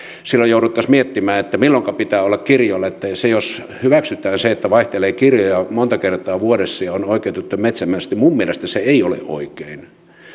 silloin jouduttaisiin miettimään milloinka pitää olla kirjoilla että jos hyväksytään se että vaihtelee kirjoja monta kertaa vuodessa ja on oikeutettu metsästämään minun mielestäni se ei ole oikein